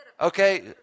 Okay